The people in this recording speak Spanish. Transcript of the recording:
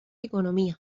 economía